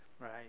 Right